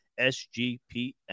SGPN